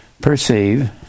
Perceive